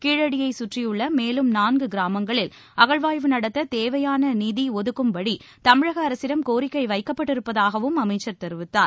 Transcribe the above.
கீழடியை சுற்றியுள்ள மேலும் நான்கு கிராமங்களில் அகழாய்வு நடத்த தேவையான நிதி ஒதுக்கும்படி தமிழக அரசிடம் கோரிக்கை வைக்கப்பட்டிருப்பதாகவும் அமைச்சர் தெரிவித்தார்